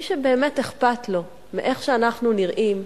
מי שבאמת אכפת לו איך שאנחנו נראים,